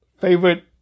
favorite